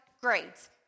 grades